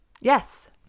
Yes